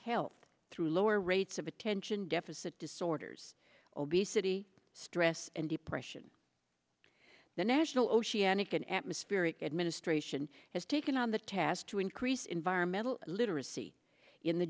health through lower rates of attention deficit disorders obesity stress and depression the national oceanic and atmospheric administration has taken on the task to increase environmental literacy in the